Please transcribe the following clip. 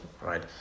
right